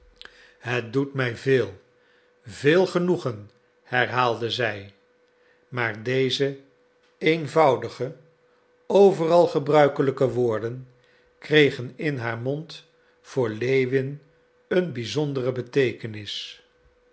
het doet mij veel veel genoegen herhaalde zij maar deze eenvoudige overal gebruikelijke woorden kregen in haar mond voor lewin een bizondere beteekenis